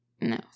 No